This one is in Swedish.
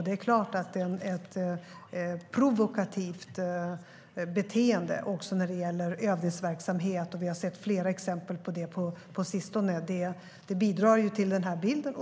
Det är klart att ett provokativt beteende när det gäller övningsverksamhet - vi har sett flera exempel på det på sistone - bidrar till den här bilden.